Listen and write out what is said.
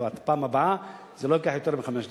בפעם הבאה זה לא ייקח יותר מחמש דקות.